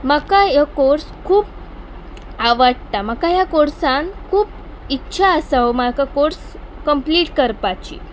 म्हाका हो कोर्स खूब आवडटा म्हाका ह्या कोर्सान खूब इच्छा आसा हो म्हाका कोर्स कंम्प्लीट करपाची